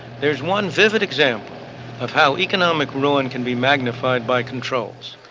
there's one vivid example of how economic ruin can be magnified by controls,